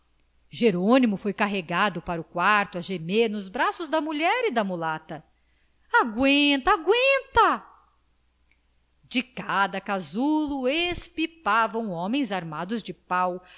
jerônimo foi carregado para o quarto a gemer nos braços da mulher e da mulata agüenta agüenta de cada casulo espipavam homens armados de pau